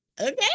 Okay